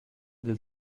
del